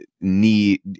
need